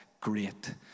great